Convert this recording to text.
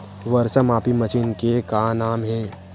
वर्षा मापी मशीन के का नाम हे?